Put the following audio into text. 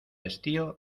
estío